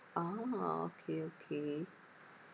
orh okay okay